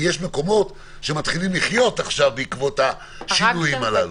כי יש מקומות שמתחילים לחיות עכשיו בעקבות השינויים הללו.